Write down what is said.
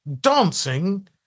dancing